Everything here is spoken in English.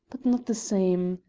but not the same!